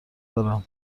دارم